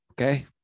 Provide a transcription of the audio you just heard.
Okay